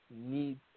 Need